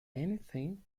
anything